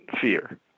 fear